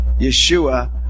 Yeshua